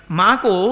mako